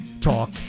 talk